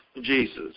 Jesus